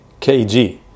KG